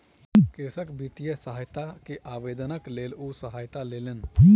कृषक वित्तीय सहायता के आवेदनक लेल ओ सहायता लेलैन